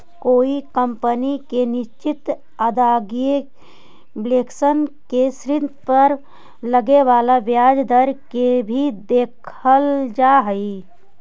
कोई कंपनी के निश्चित आदाएगी विश्लेषण में ऋण पर लगे वाला ब्याज दर के भी देखल जा हई